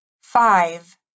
five